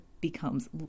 becomes